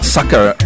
Sucker